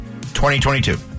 2022